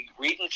reading